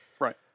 Right